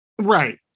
right